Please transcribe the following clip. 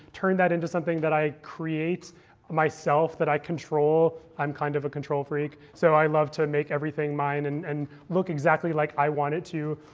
turn that into something that i create myself, that i control. i'm kind of a control freak. so i love to make everything mine and and look exactly like i want it to.